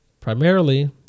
primarily